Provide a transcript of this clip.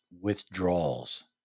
withdrawals